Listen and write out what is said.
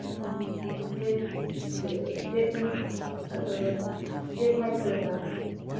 ꯑꯣ ꯑꯗꯨꯗꯤ date date ꯐꯥꯏꯚꯇ ꯑꯣꯏꯅ ꯂꯥꯛꯑꯒꯦ